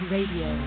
Radio